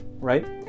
right